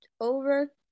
over